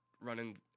running